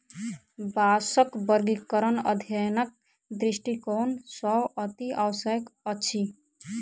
बाँसक वर्गीकरण अध्ययनक दृष्टिकोण सॅ अतिआवश्यक अछि